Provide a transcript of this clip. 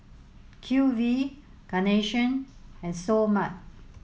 Q V Carnation and Seoul Mart